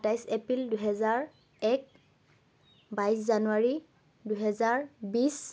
সাতাইছ এপ্ৰিল দুহেজাৰ এক বাইছ জানুৱাৰি দুহেজাৰ বিশ